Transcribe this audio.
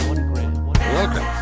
Welcome